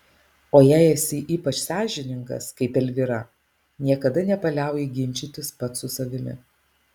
o jei esi ypač sąžiningas kaip elvyra niekada nepaliauji ginčytis pats su savimi